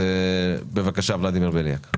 בבקשה, ולדימיר בליאק.